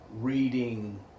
reading